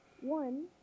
One